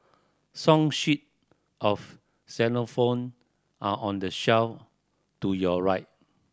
song sheet of xylophone are on the shelf to your right